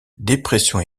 dépression